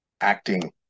acting